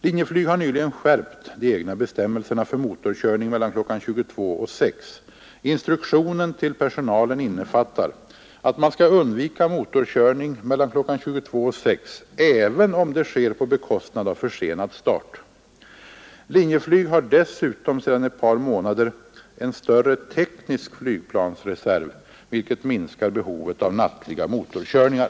Linjeflyg har nyligen skärpt de egna bestämmelserna för motorkörning mellan kl. 22 och 6. Instruktionen till personalen innefattar att man skall undvika motorkörning mellan kl. 22 och 6, även om det sker på bekostnad av försenad start. Linjeflyg har dessutom sedan ett par månader en större teknisk flygplansreserv, vilket minskar behovet av nattliga motorkörningar.